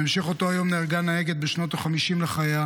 בהמשך היום נהרגה נהגת בשנות ה-50 לחייה